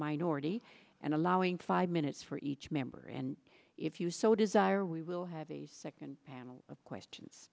minority and allowing five minutes for each member and if you so desire we will have a second panel of questions